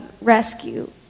rescue